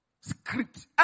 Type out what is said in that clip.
Script